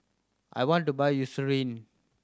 I want to buy Eucerin